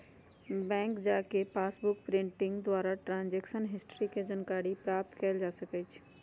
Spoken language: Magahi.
बैंक जा कऽ पासबुक प्रिंटिंग द्वारा ट्रांजैक्शन हिस्ट्री के जानकारी प्राप्त कएल जा सकइ छै